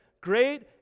great